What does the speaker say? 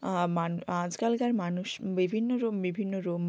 আজকালকার মানুষ বিভিন্ন রোম বিভিন্ন